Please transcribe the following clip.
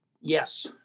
Yes